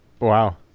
Wow